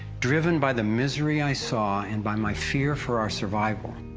driven by the misery i saw and by my fear for our survival,